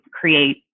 create